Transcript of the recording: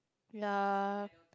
ya